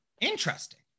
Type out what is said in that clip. interesting